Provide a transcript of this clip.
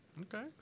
okay